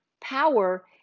power